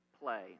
play